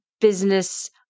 business